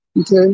Okay